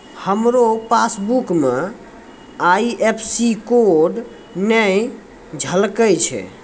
हमरो पासबुक मे IFSC code नै झलकै छै